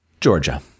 Georgia